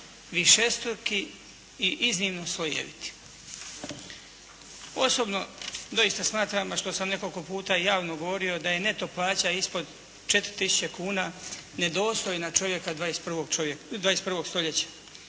višestruki i iznimno slojeviti. Osobno doista smatram a što sam nekoliko puta i javno govorio da je neto plaća ispod 4 tisuće kuna nedostojna čovjeka 21. stoljeća